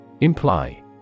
Imply